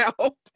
help